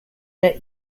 that